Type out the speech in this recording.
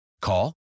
Call